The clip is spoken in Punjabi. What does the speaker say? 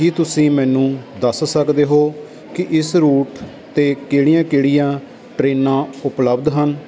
ਕੀ ਤੁਸੀਂ ਮੈਨੂੰ ਦੱਸ ਸਕਦੇ ਹੋ ਕਿ ਇਸ ਰੂਟ 'ਤੇ ਕਿਹੜੀਆਂ ਕਿਹੜੀਆਂ ਟ੍ਰੇਨਾਂ ਉਪਲਬਧ ਹਨ